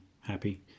happy